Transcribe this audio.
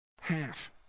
Half